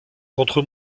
contre